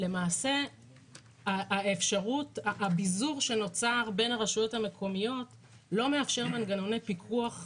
למעשה הביזור שנוצר בין הרשויות המקומיות לא מאפשר מנגנוני פיקוח טובים.